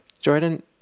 Jordan